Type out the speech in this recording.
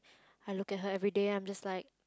I look at her everyday and I'm just like